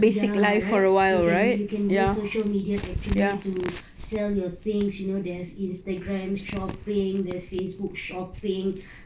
ya ya right you can you can use social media actually to sell your things you know there's instagram shopping there's facebook shopping